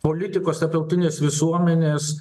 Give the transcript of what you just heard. politikos tarptautinės visuomenės